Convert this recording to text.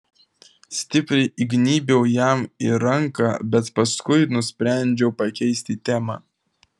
stipriai įgnybiau jam į ranką bet paskui nusprendžiau pakeisti temą